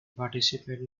participate